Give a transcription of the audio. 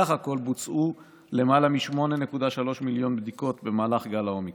סך הכול בוצעו למעלה מ-8.3 מיליון בדיקות במהלך גל האומיקרון.